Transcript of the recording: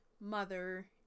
mother